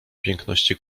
piękności